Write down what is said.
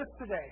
today